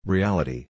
Reality